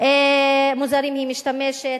מוזרים היא משתמשת,